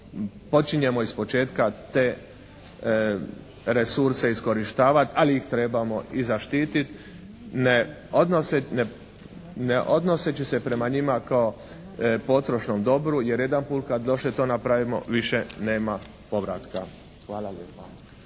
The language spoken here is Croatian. počinjemo ispočetka te resurse iskorištavati, ali ih trebamo i zaštititi, ne odnoseći se prema njima kao potrošnom dobru jer jedanput kad loše to napravimo više nema povratka.